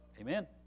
Amen